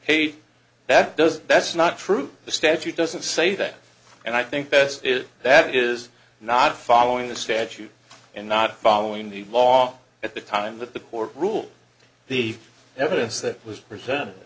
hate that does that's not true the statute doesn't say that and i think best is that it is not following the statute and not following the law at the time that the court ruled the evidence that was presented